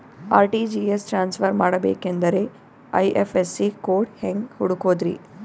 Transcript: RTGS transfer ಮಾಡಬೇಕೆಂದರೆ IFSC code ಹೆಂಗ್ ಹುಡುಕೋದ್ರಿ?